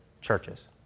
churches